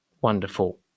wonderful